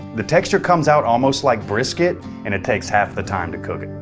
the texture comes out almost like brisket, and it takes half the time to cook it.